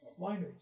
wineries